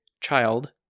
child